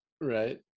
right